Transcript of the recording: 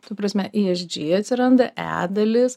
ta prasme į esg atsiranda e dalis